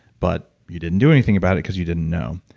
but you didn't do anything about it because you didn't know.